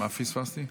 מה פספסתי?